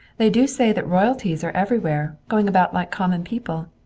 they do say that royalties are everywhere, going about like common people.